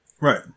Right